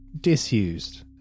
Disused